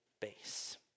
base